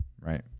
Right